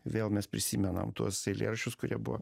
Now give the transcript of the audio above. vėl mes prisimenam tuos eilėraščius kurie buvo